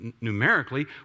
numerically